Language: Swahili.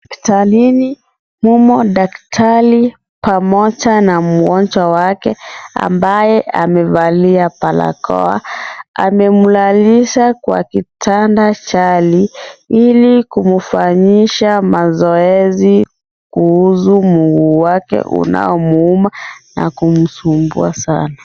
Hospitalini mumo daktari pamoja na mgonjwa wake ambaye amevalia barakoa. Amemlalisha kwa kitanda chali ili kufanyisha mazoezi, kuhusu mguu wake unaomuuma na kumsumbua sana.